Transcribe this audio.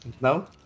No